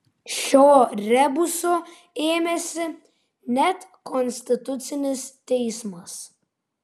šio rebuso ėmėsi net konstitucinis teismas